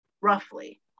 roughly